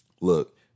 look